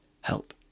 Help